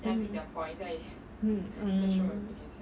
mm mm mm